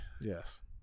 Yes